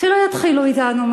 שלא יתחילו אתנו,